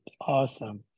Awesome